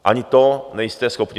Ani to nejste schopni.